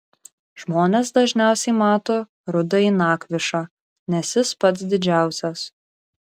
žmonės dažniausiai mato rudąjį nakvišą nes jis pats didžiausias